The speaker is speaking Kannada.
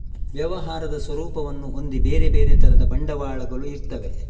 ವ್ಯವಹಾರದ ಸ್ವರೂಪವನ್ನ ಹೊಂದಿ ಬೇರೆ ಬೇರೆ ತರದ ಬಂಡವಾಳಗಳು ಇರ್ತವೆ